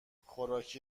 خوراکی